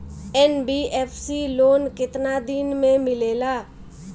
NBFC loan केतना दिन मे मिलेला?